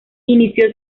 inició